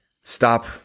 stop